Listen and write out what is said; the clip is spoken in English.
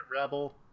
Rebel